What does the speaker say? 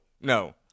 no